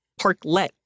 Parklet